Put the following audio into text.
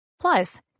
Plus